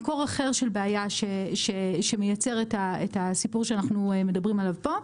מקור אחר של בעיה שמייצר את הסיפור שאנחנו מדברים עליו פה,